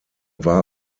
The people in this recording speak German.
war